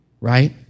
right